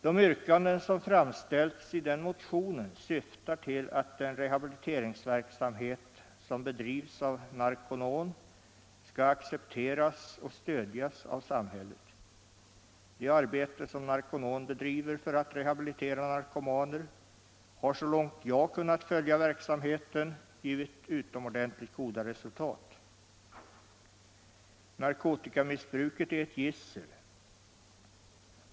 De yrkanden som framställts i den motionen syftar till att den rehabiliteringsverksamhet som bedrivs av Narconon skall accepteras och stödjas av samhället. Det arbete som Narconon utför för att rehabilitera narkomaner har, så långt jag kunnat följa det, givit utomordentligt goda resultat. Narkotikamissbruket är ett gissel.